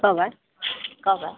का बा का बा